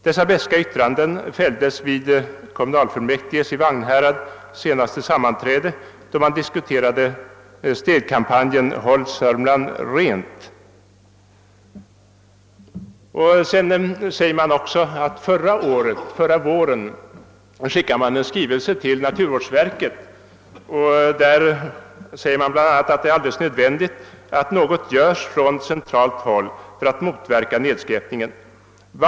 Dessa beska yttranden fälldes vid kommunalfullmäktiges i Vagnhärad senaste sammanträde då man diskuterade städkampanjen Håll Sörmland rent.» Vidare säger man att man förra våren skickade en skrivelse till naturvårdsverket. I den sades bland annat att det är »alldeles nödvändigt att något görs från centralt håll för att motverka nedskräpningen.